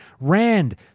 Rand